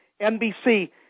NBC